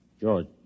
George